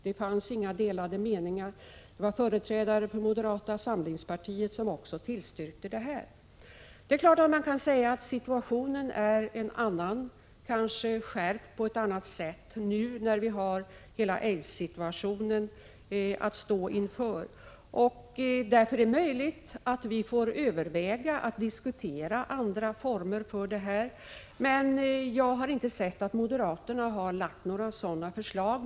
Det fanns inga delade meningar, utan också företrädare för moderata samlingspartiet anslöt sig till denna uppfattning. Det är klart att man kan säga att situationen är en annan i dag — kanske har den skärpts på ett annat sätt nu när vi står inför hela aidsproblemet. Därför är det möjligt att vi får överväga andra former. Jag har dock inte sett att moderaterna har lagt fram några andra förslag.